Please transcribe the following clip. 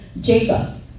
Jacob